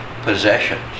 possessions